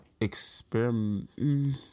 experiment